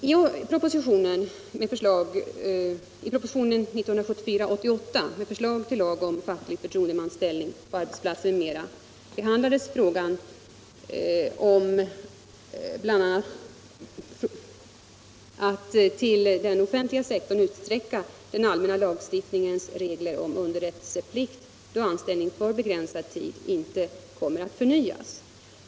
I propositionen 1974:88 med förslag till lag om facklig förtroendemans ställning på arbetsplatsen m.m. behandlades bl.a. frågan om att till den offentliga sektorn utsträcka den allmänna lagstiftningens regler om underrättelseplikt då anställning för begränsad tid inte kommer att förnyas.